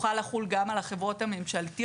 יוכל לחול גם על החברות הממשלתיות.